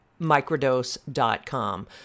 microdose.com